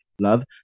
love